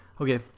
okay